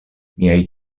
miaj